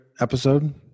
episode